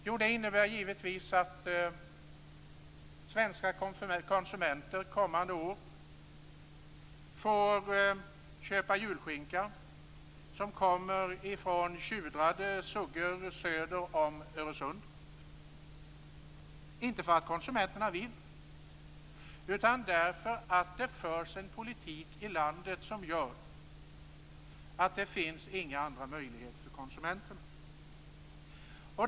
Jo, det innebär givetvis att svenska konsumenter kommande år får köpa julskinka som kommer från tjudrade suggor söder om Öresund - inte för att konsumenterna vill det, utan därför att det förs en politik i landet som gör att det inte finns några andra möjligheter för konsumenterna.